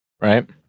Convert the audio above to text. right